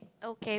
okay